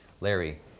Larry